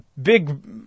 big